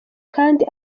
kandi